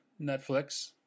Netflix